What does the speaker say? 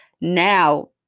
now